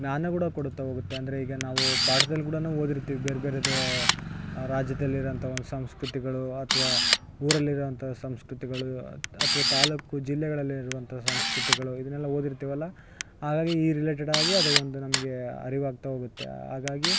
ಜ್ಞಾನ ಕೂಡ ಕೊಡುತ್ತ ಹೋಗುತ್ತೆ ಅಂದರೆ ಈಗ ನಾವೂ ಪಾಠದಲ್ಲಿ ಕೂಡ ಓದಿರ್ತೀವಿ ಬೇರ್ಬೇರೆದ ರಾಜ್ಯದಲ್ಲಿ ಇರೋವಂಥ ಒಂದು ಸಂಸ್ಕೃತಿಗಳೂ ಅಥ್ವ ಊರಲ್ಲಿ ಇರುವಂಥ ಸಂಸ್ಕೃತಿಗಳೂ ಅತ್ ಅಥ್ವ ತಾಲೂಕು ಜಿಲ್ಲೆಗಳಿರುವಂಥ ಸಂಸ್ಕೃತಿಗಳು ಇದನ್ನೆಲ್ಲ ಓದಿರ್ತೀವಲ ಹಾಗಾಗಿ ಈ ರಿಲೇಟೆಡ್ ಆಗಿ ಅದು ಒಂದು ನಮಗೆ ಅರಿವಾಗ್ತ ಹೋಗುತ್ತೆ ಹಾಗಾಗಿ